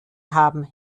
haben